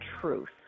truth